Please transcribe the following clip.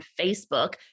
Facebook